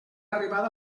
arribat